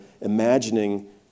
imagining